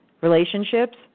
relationships